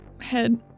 head